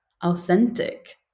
authentic